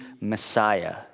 Messiah